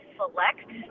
select